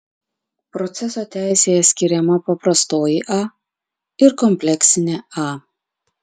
proceso teisėje skiriama paprastoji a ir kompleksinė a